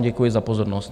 Děkuji vám za pozornost.